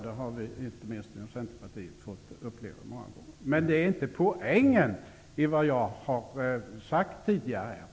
Det har inte minst vi inom Centern fått uppleva många gånger. Men det är inte poängen i det som jag har sagt tidigare.